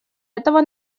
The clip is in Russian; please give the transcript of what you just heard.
этого